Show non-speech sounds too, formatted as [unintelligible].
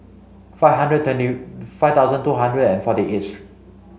five hundred twenty five thousand two hundred and forty eighth [unintelligible]